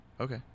Okay